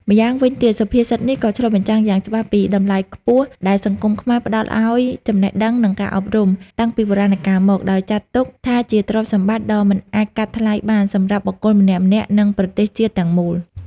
ម្យ៉ាងវិញទៀត សុភាសិតនេះក៏ឆ្លុះបញ្ចាំងយ៉ាងច្បាស់ពី តម្លៃខ្ពស់ដែលសង្គមខ្មែរផ្តល់ឱ្យចំណេះដឹង និងការអប់រំ តាំងពីបុរាណកាលមក ដោយចាត់ទុកថាជាទ្រព្យសម្បត្តិដ៏មិនអាចកាត់ថ្លៃបានសម្រាប់បុគ្គលម្នាក់ៗ និងប្រទេសជាតិទាំងមូល។